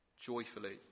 joyfully